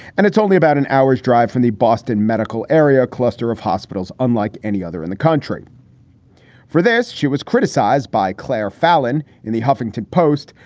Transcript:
and it's only about an hour's drive from the boston medical area cluster of hospitals. unlike any other in the country for this, she was criticized by clare fallon in the huffington post.